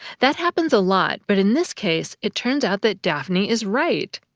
that happens a lot, but in this case, it turns out that daphne is right.